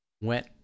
went